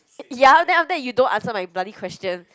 ya then after that you don't answer my bloody question